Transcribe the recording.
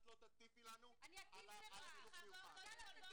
את לא תטיפי לנו על חינוך מיוחד.